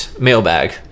mailbag